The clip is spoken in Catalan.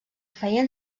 feien